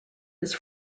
his